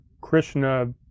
krishna